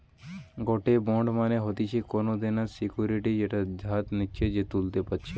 গটে বন্ড মানে হতিছে কোনো দেনার সিকুইরিটি যেটা যে ধার নিচ্ছে সে তুলতে পারতেছে